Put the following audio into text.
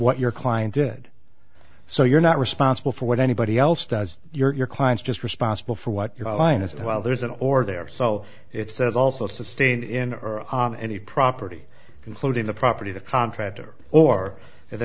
what your client did so you're not responsible for what anybody else does your clients just responsible for what your line is while there is an or there so it says also sustained in any property including the property the contractor or if